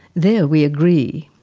there we agree.